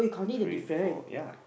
three four ya